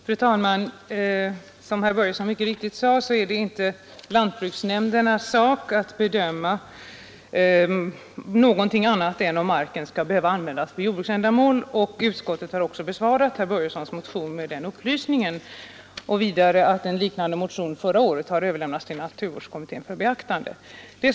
Fru talman! Som herr Börjesson i Falköping mycket riktigt sade är det inte lantbruksnämndernas sak att bedöma någonting annat än om marken skall användas för jordbruksändamål. Utskottet har också besvarat herr Börjessons motion med den upplysningen samt framhållit att en liknande motion förra året överlämnades till naturvårdskommittén 123 för beaktande.